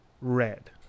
red